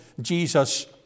Jesus